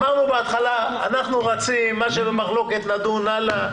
אמרנו בהתחלה: אנחנו רצים, מה במחלוקת נדון הלאה.